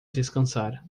descansar